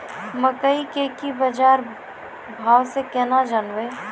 मकई के की बाजार भाव से केना जानवे?